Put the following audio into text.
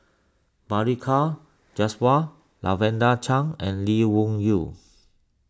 Balli Kaur Jaswal Lavender Chang and Lee Wung Yew